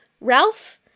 Ralph